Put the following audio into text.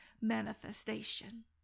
manifestation